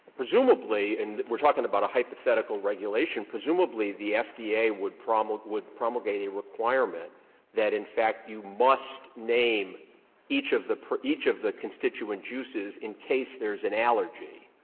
presumably, and we're talking about a hypothetical regulation, presumably the fda would promulgate would promulgate a requirement that, in fact, you must name each of the each of the constituent juices in case there is an allergy.